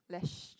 leash